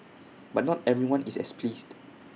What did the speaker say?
but not everyone is as pleased